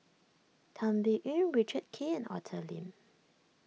Tan Biyun Richard Kee and Arthur Lim